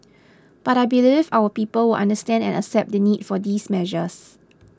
but I believe our people will understand and accept the need for these measures